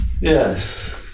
yes